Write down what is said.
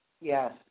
Yes